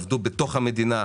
עבדו בתוך המדינה,